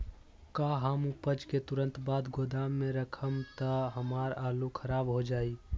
का हम उपज के तुरंत बाद गोदाम में रखम त हमार आलू खराब हो जाइ?